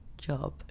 job